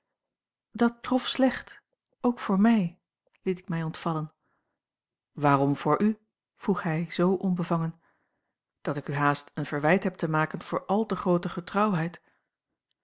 dat trof slecht ook voor mij liet ik mij ontvallen waarom voor u vroeg hij zoo onbevangen dat ik u haast een verwijt heb te maken over àl te groote